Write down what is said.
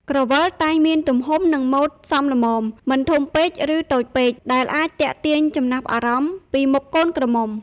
ក្រវិល តែងមានទំហំ និង ម៉ូដសមល្មម មិនធំពេក ឬ តូចពេក ដែលអាចទាក់ទាញចំណាប់អារម្មណ៍ពីមុខកូនក្រមុំ។